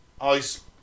ice